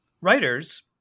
Writers